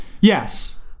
yes